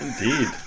Indeed